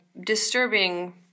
disturbing